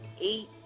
eight